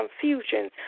confusion